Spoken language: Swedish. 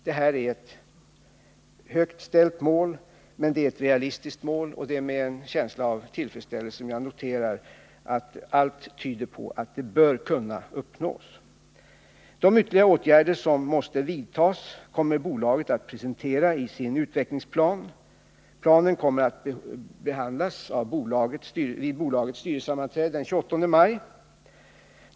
Det här är ett högt ställt mål, men det är ett realistiskt mål, och det är med en känsla av tillfredsställelse som jag noterar att allt tyder på att det skall kunna uppnås. De ytterligare åtgärder som måste vidtas kommer bolaget att presentera i sin utvecklingsplan. Planen kommer att behandlas vid bolagets styrelsesammanträde den 28 maj.